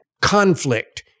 conflict